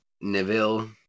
Neville